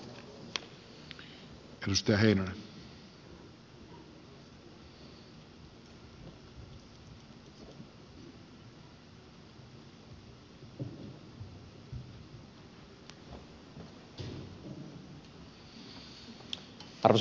arvoisa puhemies